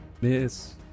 Miss